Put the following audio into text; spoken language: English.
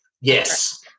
Yes